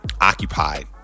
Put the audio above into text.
occupied